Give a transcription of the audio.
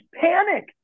panic